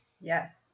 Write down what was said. Yes